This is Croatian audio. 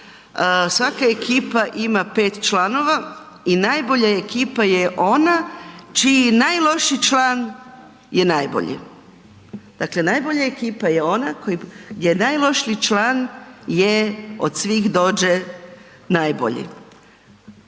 svaka ekipa ima 5 članova i najbolja ekipa je ona čiji najlošiji član je najbolji, dakle najbolja ekipa je ona koji, gdje je najlošiji član je od svih dođe najbolji.